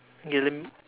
ya then